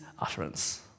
utterance